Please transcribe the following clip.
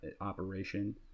operation